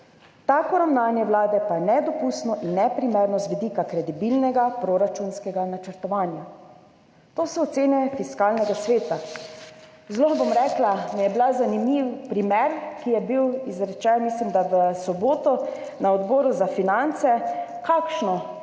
Tako ravnanje Vlade pa je nedopustno in neprimerno z vidika kredibilnega proračunskega načrtovanja.« To so ocene Fiskalnega sveta. Zelo mi je bil zanimiv primer, ki je bil izrečen, mislim, da v soboto, na Odboru za finance, kakšno